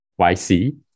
YC